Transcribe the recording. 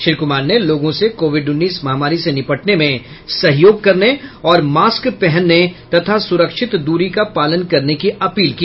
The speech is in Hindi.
श्री कुमार ने लोगों से कोविड उन्नीस महामारी से निपटने में सहयोग करने और मास्क पहनने तथा सुरक्षित दूरी का पालन करने की अपील की